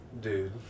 Dude